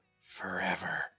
forever